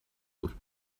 بود